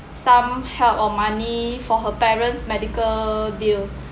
some help of money for her parents' medical bill